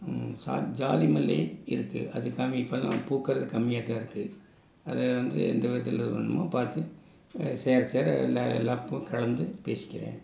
சா ஜாதிமல்லி இருக்குது அது காமி இப்பெல்லாம் பூக்கிறது கம்மியாகத்தான் இருக்குது அதை வந்து எந்த விதத்தில் வேணுமோ பார்த்து சேர சேர எல்லா எல்லாப் பூவும் கலந்து பேசிக்கிறேன்